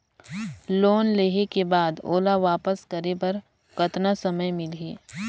Loan लेहे के बाद ओला वापस करे बर कतना समय मिलही?